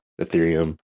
Ethereum